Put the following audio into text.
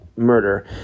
Murder